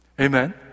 Amen